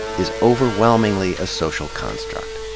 is overwhelmingly a social construct.